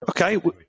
Okay